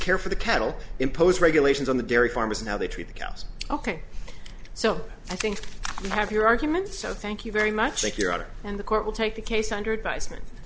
care for the cattle impose regulations on the dairy farmers in how they treat the cows ok so i think you have your argument so thank you very much like your daughter and the court will take the case under advisement